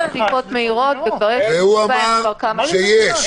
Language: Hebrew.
הוא אמר שיש.